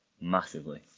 massively